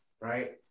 right